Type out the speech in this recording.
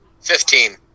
Fifteen